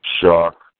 Shock